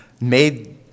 made